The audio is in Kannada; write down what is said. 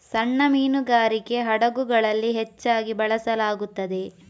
ಸಣ್ಣ ಮೀನುಗಾರಿಕೆ ಹಡಗುಗಳಲ್ಲಿ ಹೆಚ್ಚಾಗಿ ಬಳಸಲಾಗುತ್ತದೆ